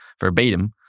verbatim